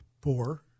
poor